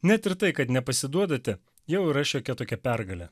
net ir tai kad nepasiduodate jau yra šiokia tokia pergalė